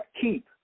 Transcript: keep